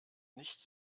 nicht